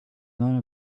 none